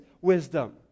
wisdom